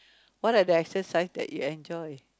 what are the exercise that you enjoy